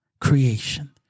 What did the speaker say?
creation